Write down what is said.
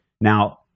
now